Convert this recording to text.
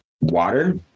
water